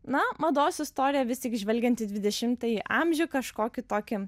na mados istorija vis tik žvelgiant į dvidešimtąjį amžių kažkokį tokį